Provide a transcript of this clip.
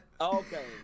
Okay